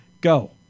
Go